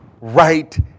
right